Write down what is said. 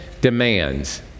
demands